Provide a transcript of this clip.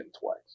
twice